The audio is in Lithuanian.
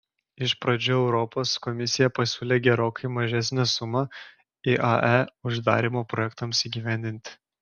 iš pradžių europos komisija pasiūlė gerokai mažesnę sumą iae uždarymo projektams įgyvendinti